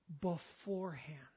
beforehand